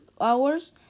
hours